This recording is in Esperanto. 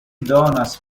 donas